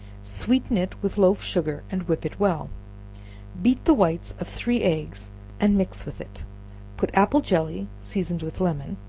sweeten it with loaf sugar, and whip it well beat the whites of three eggs and mix with it put apple jelly, seasoned with lemon,